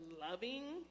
loving